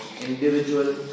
individual